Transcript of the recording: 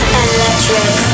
electric